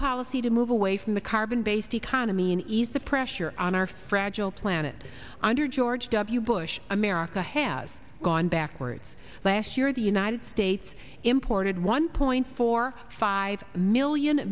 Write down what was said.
policy to move away from the carbon based economy an ease the pressure on our fragile planet under george w bush america has gone backwards last year the united states imported one point four five million